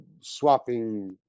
swapping